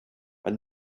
and